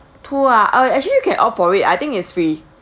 tour ah uh actually you can opt for it I think is free